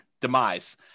demise